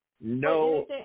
No